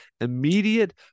immediate